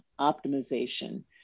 optimization